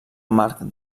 marc